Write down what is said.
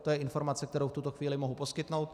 To je informace, kterou v tuto chvíli mohu poskytnout.